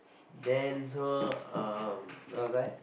then so where was I